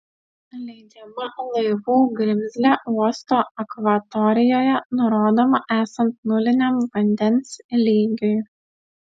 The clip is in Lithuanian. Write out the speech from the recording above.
leidžiama laivų grimzlė uosto akvatorijoje nurodoma esant nuliniam vandens lygiui